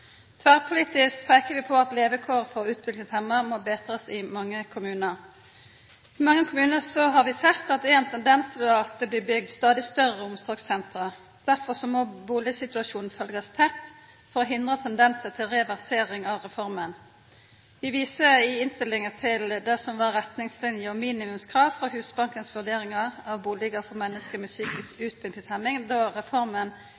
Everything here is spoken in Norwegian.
peiker vi på at levekåra for utviklingshemma må bli betre i mange kommunar. I mange kommunar har vi sett at det er ein tendens til at det blir bygt stadig større omsorgssenter. Derfor må bustadsituasjonen følgjast tett for å hindra tendensar til reversering av reforma. Vi viser i innstillinga til det som var retningslinjene og minimumskrava for Husbankens vurderingar av bustader for menneske med psykisk utviklingshemming då reforma